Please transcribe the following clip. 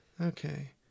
Okay